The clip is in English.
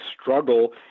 struggle